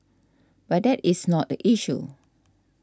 but that is not the issue